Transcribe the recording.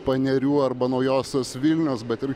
panerių arba naujosios vilnios bet ir